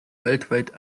weltweit